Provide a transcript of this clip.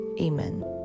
Amen